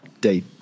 Date